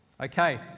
Okay